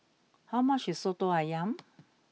how much is Soto Ayam